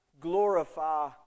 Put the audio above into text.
glorify